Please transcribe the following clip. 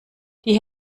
die